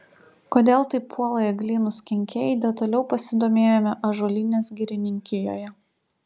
kodėl taip puola eglynus kenkėjai detaliau pasidomėjome ąžuolynės girininkijoje